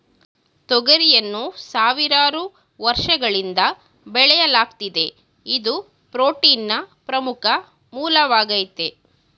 ತೊಗರಿಯನ್ನು ಸಾವಿರಾರು ವರ್ಷಗಳಿಂದ ಬೆಳೆಯಲಾಗ್ತಿದೆ ಇದು ಪ್ರೋಟೀನ್ನ ಪ್ರಮುಖ ಮೂಲವಾಗಾಯ್ತೆ